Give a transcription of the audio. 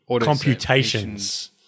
computations